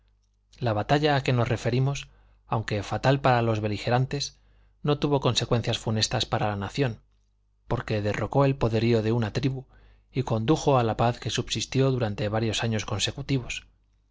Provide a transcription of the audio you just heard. la batalla a que nos referimos aunque fatal para los beligerantes no tuvo consecuencias funestas para la nación porque derrocó el poderío de una tribu y condujo a la paz que subsistió durante varios años consecutivos